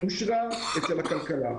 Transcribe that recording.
שככל שאתה משטיח את העקומה,